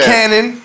Cannon